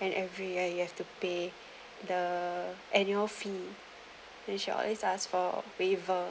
and every year you have to pay the annual fee then she always ask for waiver